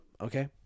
Okay